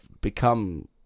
become